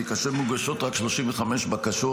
כי כאשר מוגשות רק 35 בקשות,